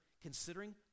considering